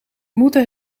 moeten